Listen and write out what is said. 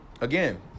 Again